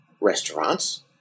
restaurants